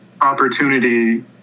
opportunity